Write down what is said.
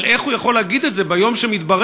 אבל איך הוא יכול להגיד את זה ביום שמתברר